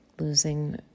losing